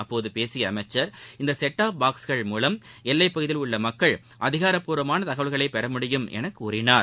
அப்போது பேசிய அமைச்சன் இந்த செட் டாப் பாக்ஸ்கள் மூலம் எல்லைப் பகுதியில் உள்ள மக்கள் அதிகாரபூர்வமான தகவல்களை பெற முடியும் என கூறினார்